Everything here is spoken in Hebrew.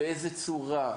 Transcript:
באיזו צורה?